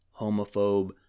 homophobe